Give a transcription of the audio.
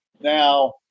Now